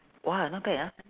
!wah! not bad ah